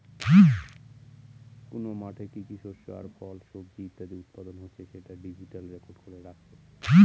কোন মাঠে কি কি শস্য আর ফল, সবজি ইত্যাদি উৎপাদন হচ্ছে সেটা ডিজিটালি রেকর্ড করে রাখে